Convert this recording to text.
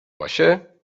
vaše